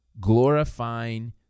glorifying